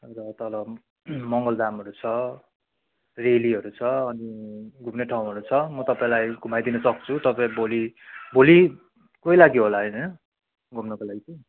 अन्त तल मङ्गलधामहरू छ रेलीहरू छ अनि घुम्ने ठाउँहरू छ म तपाईँलाई घुमाइदिन सक्छु तपाईँ भोलि भोलिकै लागि होला होइन घुम्नको लागि के